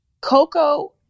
Coco